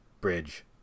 bridge